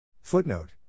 Footnote